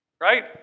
right